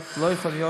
לא יכול להיות